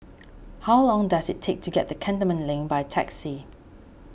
how long does it take to get to Cantonment Link by taxi